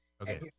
Okay